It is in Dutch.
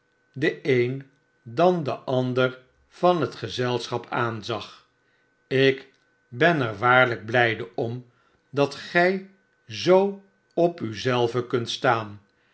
den een dan den ander van het gezelschap aanzag ik ben er waarlijk blijde om dat gij zoo op u zelve kunt staan